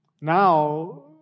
Now